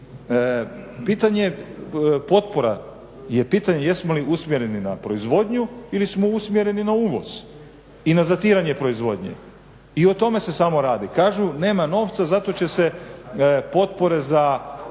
krivo. Pitanje potpora je pitanje jesmo li usmjereni na proizvodnju ili smo usmjereni na uvoz i na zatiranje proizvodnje i o tome se samo radi. Kažu nema novca, zato će se potpore za